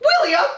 William